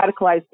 radicalized